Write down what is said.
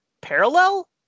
parallel